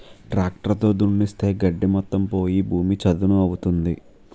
tractor తో దున్నిస్తే గడ్డి మొత్తం పోయి భూమి చదును అవుతుంది